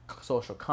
social